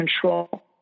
control